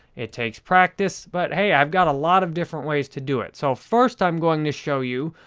it takes practice but hey, i've got a lot of different ways to do it. so, first i'm going to show you,